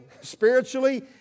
spiritually